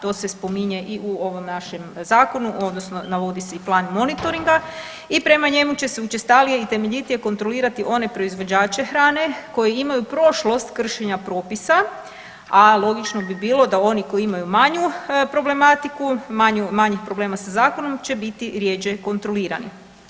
To se spominje i u ovom našem Zakonu, odnosno navodi se i plan monitoringa i prema njemu će se učestalije i temeljitije kontrolirati one proizvođače hrane koji imaju prošlost kršenja propisa, a logično bi bilo da oni koji imaju manju problematiku, manjih problema sa zakonom će biti rijeđene kontrolirani.